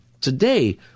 today